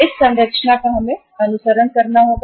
इस संरचना का हमें अनुसरण करना होगा